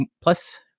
plus